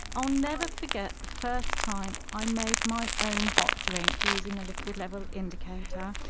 i'll never forget the first time i made my own hot drink using a liquid level indicator.